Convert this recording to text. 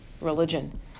religion